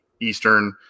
Eastern